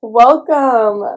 welcome